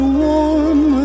warm